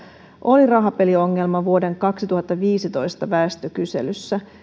oli rahapeliongelma vuoden kaksituhattaviisitoista väestökyselyssä